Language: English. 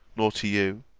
nor to you